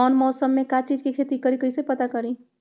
कौन मौसम में का चीज़ के खेती करी कईसे पता करी?